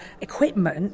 equipment